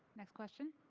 next question.